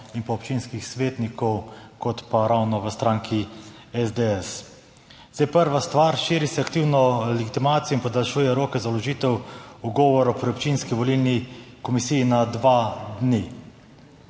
in občinskih svetnikov kot ravno v stranki SDS. Prva stvar, širi se aktivno legitimacijo in podaljšuje roke za vložitev ugovora pri občinski volilni komisiji na dva dni.